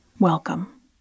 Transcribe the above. Welcome